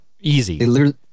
Easy